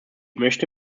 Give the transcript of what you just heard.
möchte